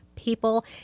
people